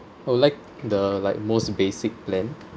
I would like the like most basic plan